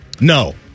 No